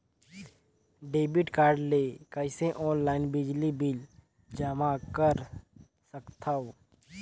Debit card ले कइसे online बिजली बिल जमा कर सकथव?